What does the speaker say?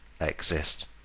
exist